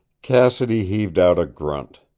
cassidy heaved out a grunt.